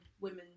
women